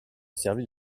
servi